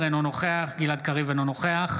אינו נוכח גלעד קריב, אינו נוכח